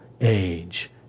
age